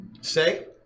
Say